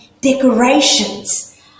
decorations